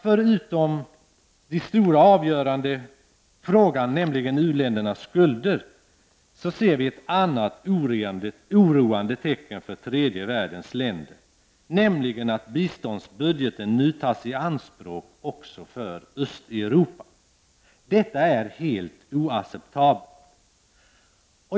Förutom den stora avgörande frågan, u-ländernas skulder, ser vi ett annat oroande tecken för tredje världens länder, nämligen att biståndsbudgeten nu tas i anspråk för Östeuropa. Detta är helt oacceptabelt.